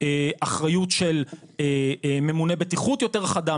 אחריות של ממונה בטיחות יותר חדה,